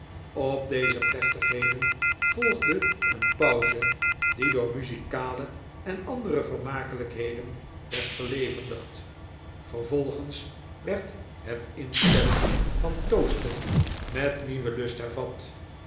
op deze plechtigheden volgde een pauze die door muzikale en andere vermakelijkheden werd verlevendigd vervolgens werd het instellen van toasten met smike's toestand maakt nikolaas bezorgl nieuwen lust hervat